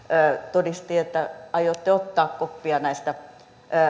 todisti että aiotte ottaa koppia näistä